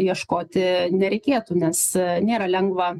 ieškoti nereikėtų nes nėra lengva